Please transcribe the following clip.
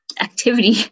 activity